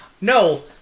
No